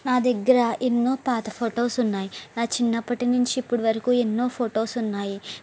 నా దగ్గర ఎన్నో పాత ఫోటోస్ ఉన్నాయి నా చిన్నప్పటి నుంచి ఇప్పటి వరకు ఎన్నో ఫోటోస్ ఉన్నాయి